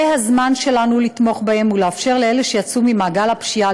זה הזמן שלנו לתמוך בהם ולאפשר לאלו שיצאו ממעגל הפשיעה